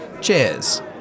Cheers